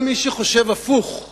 גם מי שחושב הפוך ממנו,